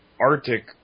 Arctic